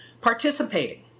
Participating